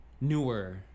newer